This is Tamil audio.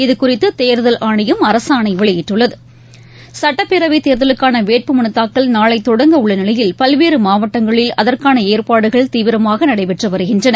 இதுகுறித்து தேர்தல் ஆணையம் அரசாணை வெளியிட்டுள்ளது சட்டப்பேரவை தேர்தலுக்கான வேட்பு மனு தாக்கல் நாளை தொடங்க உள்ள நிலையில் பல்வேறு மாவட்டங்களில் அதற்கான ஏற்பாடுகள் தீவிரமாக நடைபெற்று வருகின்றன